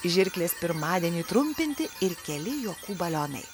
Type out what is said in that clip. žirklės pirmadieniui trumpinti ir keli juokų balionai